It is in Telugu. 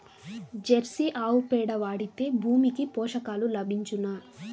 జెర్సీ ఆవు పేడ వాడితే భూమికి పోషకాలు లభించునా?